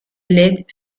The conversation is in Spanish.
led